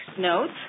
notes